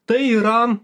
tai yra